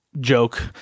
joke